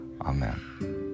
Amen